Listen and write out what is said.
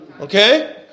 Okay